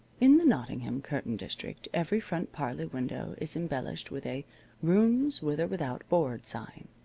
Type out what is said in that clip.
in the nottingham curtain district every front parlor window is embellished with a rooms with or without board sign.